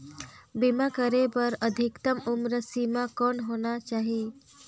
बीमा करे बर अधिकतम उम्र सीमा कौन होना चाही?